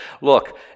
Look